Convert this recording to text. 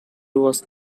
was